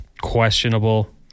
questionable